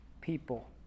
people